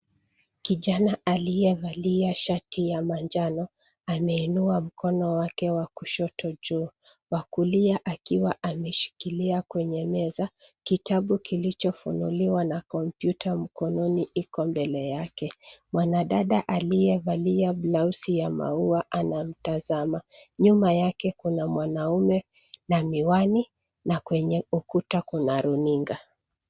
Kijana aliyevalia shati ya manjano, ameinua mkono wake wa kushoto juu, wa kulia akiwa ameshikilia kwenye meza kitabu kilichofunuliwa na kompyuta mkononi iko mbele yake. Mwanadada aliyevalia blausi ya maua anamtazama. Nyuma yake kuna mwanaume na miwani na kwenye ukuta kuna runinga.